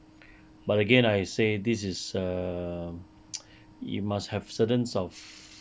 but again I say this is err you must have certain of